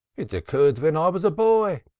it occurred when i was a boy,